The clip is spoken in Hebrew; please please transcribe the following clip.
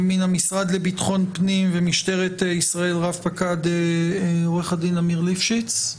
מן המשרד לביטחון פנים ומשטרת ישראל רב פקד עו"ד אמיר ליפשיץ.